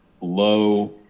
low